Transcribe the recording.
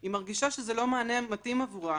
היא מרגישה שזה לא מענה מתאים עבורה,